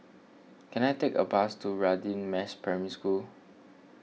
can I take a bus to Radin Mas Primary School